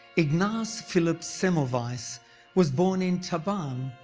ignaz philipp semmelweis so was born in taban,